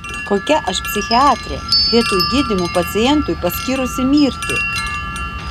kokia aš psichiatrė vietoj gydymo pacientui paskyrusi mirtį